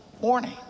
morning